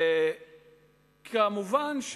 כמובן,